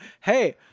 hey